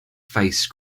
face